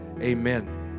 amen